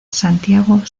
santiago